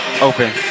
open